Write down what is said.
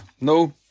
no